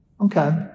Okay